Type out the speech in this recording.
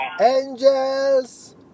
angels